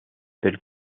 tel